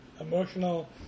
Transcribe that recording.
emotional